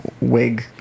wig